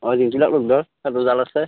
অ ৰিজুলক লগ ধৰ তাৰতো জাল আছে